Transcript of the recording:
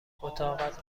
اتاقت